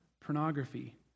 pornography